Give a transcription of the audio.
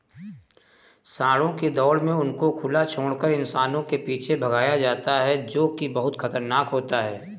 सांडों की दौड़ में उनको खुला छोड़कर इंसानों के पीछे भगाया जाता है जो की बहुत खतरनाक होता है